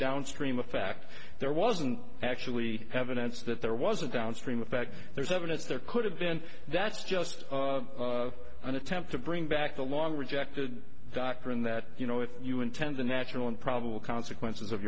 downstream a fact there wasn't actually evidence that there was a downstream effect there's evidence there could have been that's just an attempt to bring back the long rejected doctrine that you know if you intend the natural and probable consequences of